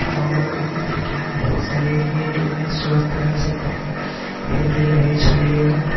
आओर यानी फिट शरीर भी यानी स्वस्थ रहै छै हेल्दी रहै छलिए